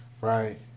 right